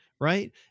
right